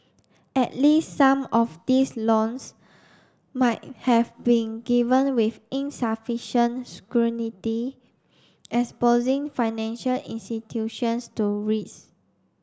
at least some of these loans might have been given with insufficient scrutiny exposing financial institutions to risk